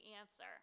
answer